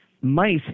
mice